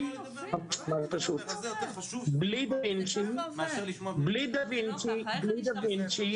בלי דה וינצ'י,